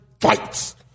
fights